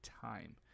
time